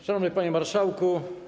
Szanowny Panie Marszałku!